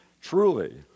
Truly